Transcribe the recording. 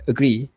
Agree